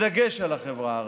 בדגש על החברה הערבית.